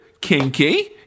Kinky